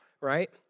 right